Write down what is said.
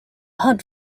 hunt